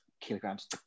kilograms